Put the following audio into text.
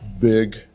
big